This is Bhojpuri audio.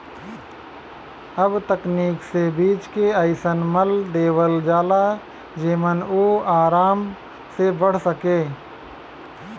अब तकनीक से बीज के अइसन मल देवल जाला जेमन उ आराम से बढ़ सके